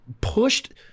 pushed